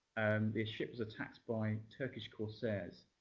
their ship was attacked by turkish corsairs.